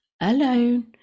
alone